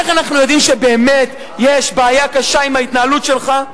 איך אנחנו יודעים שבאמת יש בעיה קשה עם ההתנהלות שלך?